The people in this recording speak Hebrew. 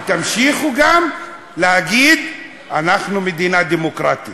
ותמשיכו גם להגיד: אנחנו מדינה דמוקרטית.